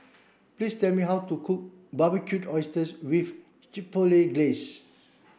please tell me how to cook Barbecued Oysters with Chipotle Glaze